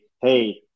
hey